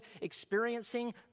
experiencing